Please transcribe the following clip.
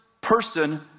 person